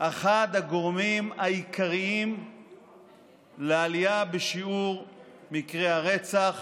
אחד הגורמים העיקריים לעלייה בשיעור מקרי הרצח